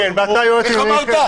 איך אמרת?